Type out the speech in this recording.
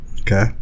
okay